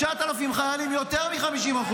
9,000 חיילים, יותר מ-50%.